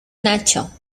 nacho